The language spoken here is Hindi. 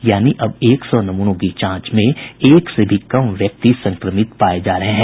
यानि अब एक सौ नमूनों की जांच में एक से भी कम व्यक्ति संक्रमित पाये जा रहे हैं